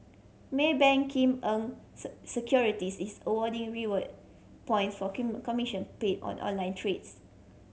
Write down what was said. Maybank Kim Eng Securities is awarding reward point for commission paid on online trades